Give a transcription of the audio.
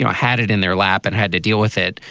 yeah had it in their lap and had to deal with it.